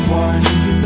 one